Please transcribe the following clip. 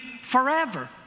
forever